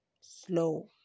slow